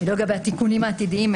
לא לגבי התיקונים העתידיים,